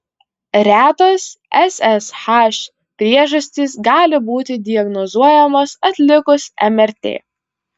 retos ssh priežastys gali būti diagnozuojamos atlikus mrt